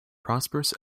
prosperous